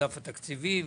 אגף התקציבים.